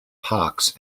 parks